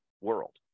world